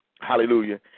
hallelujah